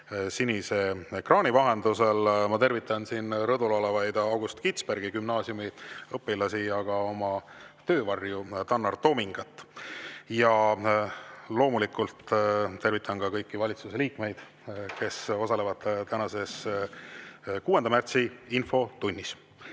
sinise ekraani vahendusel! Ma tervitan siin rõdul olevaid August Kitzbergi nimelise Gümnaasiumi õpilasi ja ka oma töövarju Tannar Tomingat. Ja loomulikult tervitan ka kõiki valitsuse liikmeid, kes osalevad tänases, 6. märtsi infotunnis. Aga,